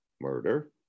murder